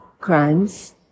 crimes